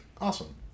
Awesome